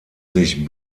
sich